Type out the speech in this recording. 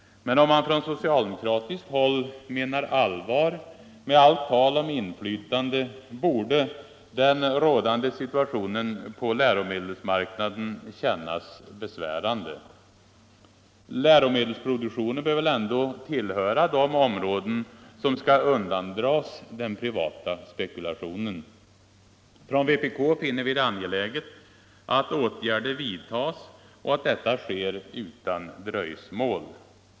Men om man från socialdemokratiskt håll menar allvar med allt tal om inflytande, så borde den rådande situationen på läromedelsmarknaden kännas besvärande. Läromedelsproduktionen bör väl ändå tillhöra de områden som skall undandras den privata spekulationen. Från vpk finner vi det angeläget att åtgärder vidtas och att detta sker utan dröjsmål.